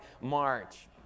march